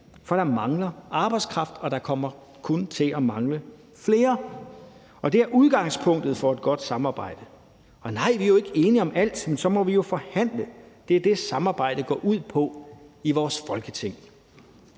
for der mangler arbejdskraft, og der kommer kun til at mangle mere, og det er udgangspunktet for et godt samarbejde. Og nej, vi er jo ikke enige om alt, men så må vi jo forhandle. Det er det, samarbejdet går ud på i vores Folketing.